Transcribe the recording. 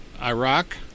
Iraq